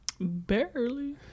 Barely